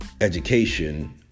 education